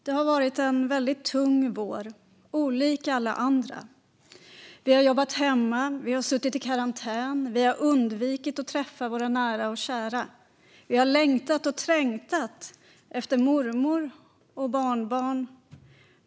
Det har varit en väldigt tung vår, olik alla andra. Vi har jobbat hemma. Vi har suttit i karantän. Vi har undvikit att träffa våra nära och kära. Vi har längtat och trängtat efter mormor och barnbarn.